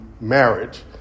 marriage